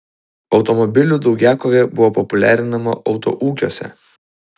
automobilių daugiakovė buvo populiarinama autoūkiuose